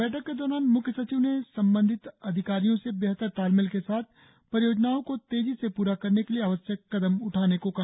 बैठक के दौरान म्ख्य सचिव ने संबंधित अधिकारियों से बेहतर तालमेल के साथ परियोजनाओं को तेजी से पूरा करने के लिए आवश्यक कदम उठाने को कहा